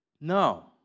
No